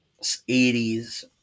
80s